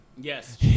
Yes